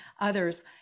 others